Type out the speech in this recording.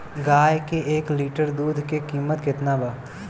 गाय के एक लीटर दुध के कीमत केतना बा?